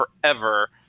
forever